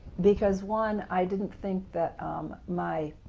because one i didn't think that my